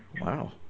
Wow